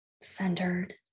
centered